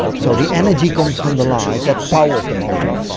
so the energy comes from the light that powers the motor,